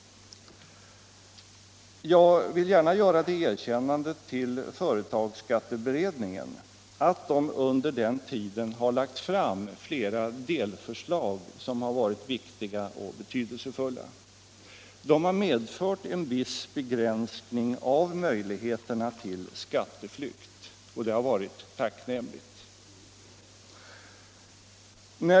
Jag vill gärna ge företagsskatteberedningen det erkännandet att den har lagt fram flera delförslag, som varit viktiga och betydelsefulla. De har medfört en viss begränsning av möjligheterna till skatteflykt, och det har varit tacknämligt.